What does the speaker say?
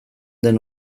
den